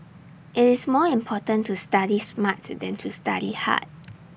IT is more important to study smart than to study hard